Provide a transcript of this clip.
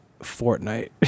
Fortnite